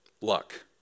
Luck